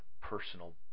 personal